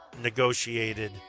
negotiated